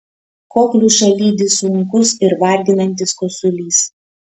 kokliušą lydi sunkus ir varginantis kosulys